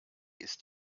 ist